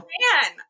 man